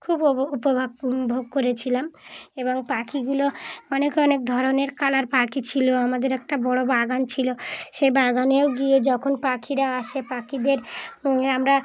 খুব উপো উপভোগ উপভোগ করেছিলাম এবং পাখিগুলো অনেক অনেক ধরনের কালার পাখি ছিল আমাদের একটা বড় বাগান ছিল সেই বাগানেও গিয়ে যখন পাখিরা আসে পাখিদের আমরা